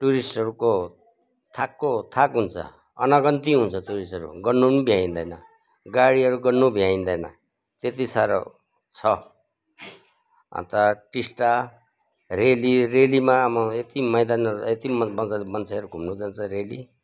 टुरिस्टहरूको थाकको थाक हुन्छ अनगन्ती हुन्छ टुरिस्टहरू गन्नु पनि भ्याइँदैन गाडीहरू गन्नु भ्याइँदैन त्यति साह्रो छ अन्त टिस्टा रेली रेलीमा आममामा यति मैदानहरू यति मन मजाले मान्छेहरू घुम्न जान्छ रेली